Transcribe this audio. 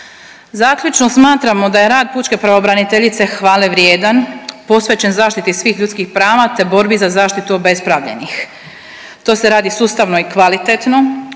Zaključno, smatramo da je rad pučke pravobraniteljice hvale vrijedan, posvećen zaštiti svih ljudskih prava, te borbi za zaštitu obespravljenih, to se radi sustavno i kvalitetno.